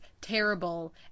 terrible